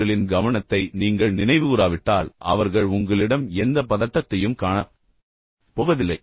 அவர்களின் கவனத்தை நீங்கள் நினைவுகூராவிட்டால் அவர்கள் உங்களிடம் எந்த பதட்டத்தையும் காணப் போவதில்லை